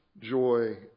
joy